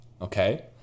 Okay